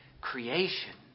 creation